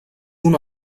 una